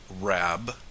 rab